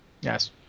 yes